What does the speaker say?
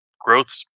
growth